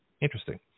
interesting